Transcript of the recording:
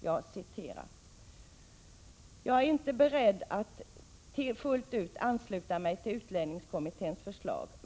Jag citerar vad dåvarande statsrådet sade i den propositionen: ”Jag är emellertid trots detta inte beredd att fullt ut ansluta mig till kommitténs förslag.